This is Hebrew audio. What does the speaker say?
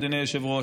אדוני היושב-ראש,